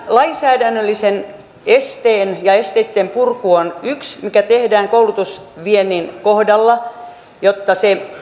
lainsäädännöllisten esteitten purku on yksi mikä tehdään koulutusviennin kohdalla jotta se